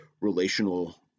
relational